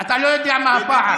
אתה לא יודע מה הפער.